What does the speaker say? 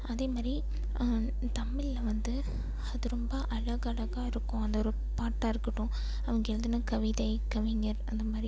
அதே மாதிரி தமிழ்ல வந்து அது ரொம்ப அழகலகா இருக்கும் அந்த ஒரு பாட்டாக இருக்கட்டும் அவங்க எழுதுன கவிதை கவிஞர் அந்த மாதிரி